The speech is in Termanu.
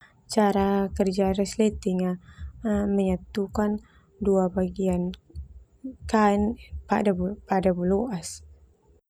Cara kerja resleting menyatukan dua bagian kain pada bol- pada boloas.